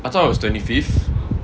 I thought it was twenty fifth